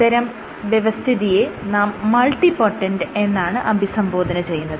ഇത്തരം വ്യവസ്ഥിതിയെ നാം മൾട്ടിപൊട്ടന്റ് എന്നാണ് അഭിസംബോധന ചെയ്യുന്നത്